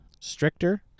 stricter